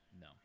No